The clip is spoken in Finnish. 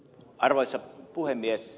arvoisa puhemies